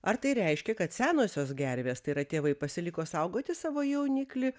ar tai reiškia kad senosios gervės tai yra tėvai pasiliko saugoti savo jauniklį